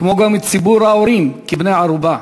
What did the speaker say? כמו גם את ציבור ההורים, כבני-ערובה,